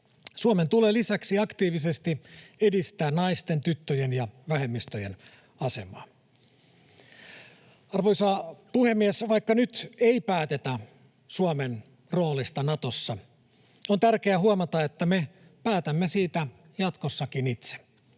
Suomen tulee lisäksi aktiivisesti edistää naisten, tyttöjen ja vähemmistöjen asemaa. Arvoisa puhemies! Vaikka nyt ei päätetä Suomen roolista Natossa, on tärkeää huomata, että me päätämme siitä jatkossakin itse,